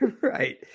Right